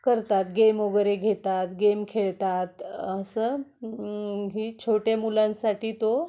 करतात गेम वगैरे घेतात गेम खेळतात असं ही छोट्या मुलांसाठी तो